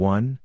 One